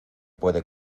puede